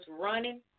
running